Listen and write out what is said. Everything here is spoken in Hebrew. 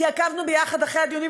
כי עקבנו ביחד אחרי הדיונים,